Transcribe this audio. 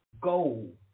gold